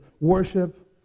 worship